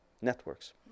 networks